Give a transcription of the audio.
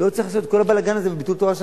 לא צריך לעשות את כל הבלגן הזה בביטול תורה.